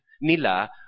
nila